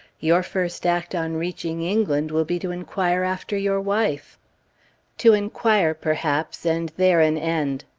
your first act on reaching england will be to inquire after your wife to inquire, perhaps, and there an end.